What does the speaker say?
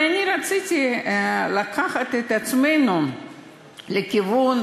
רציתי לקחת את עצמנו לכיוון,